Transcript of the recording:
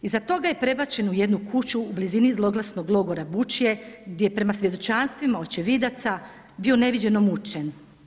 Iza toga je prebačen u jednu kuću u blizinu zlogasnog logora Bučje gdje je prema svjedočanstvim, očevidaca bio neviđeno mučen.